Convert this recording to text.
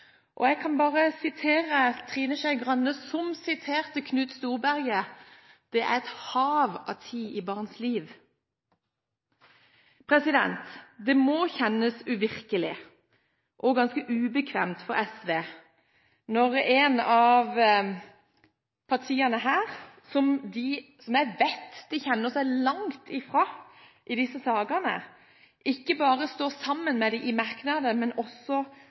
Jeg kan bare referere til Trine Skei Grande, som siterte Knut Storberget: Det er «et hav av tid» i et barns liv. Det må kjennes uvirkelig og ganske ubekvemt for SV når ett av partiene her, som jeg vet at de opplever å stå langt unna i disse sakene, ikke bare står sammen med dem i merknadene, men også